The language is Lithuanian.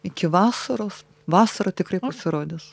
iki vasaros vasara tikrai pasirodys